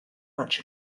much